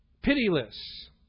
Pitiless